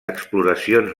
exploracions